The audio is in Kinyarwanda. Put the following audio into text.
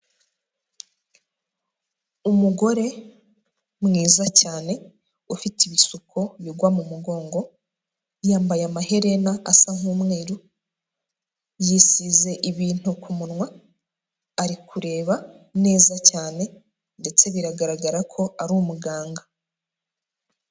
Umugore mwiza cyane ufite ibisuko bigwa mu mugongo, yambaye amaherena asa nk'umweru, yisize ibintu ku munwa ari kureba neza cyane ndetse biragaragara ko ari umuganga.